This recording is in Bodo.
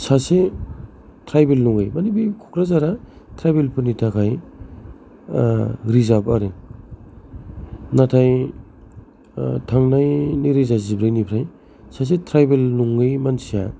सासे ट्राइबेल नङै माने बि क'कराझारआ ट्राइबेल फोरनि थाखाय रिजार्ब आरो नाथाय थांनाय नै रोजा जिब्रैनिफ्राय सासे ट्राइबेल नङै मानसिया